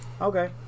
Okay